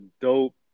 dope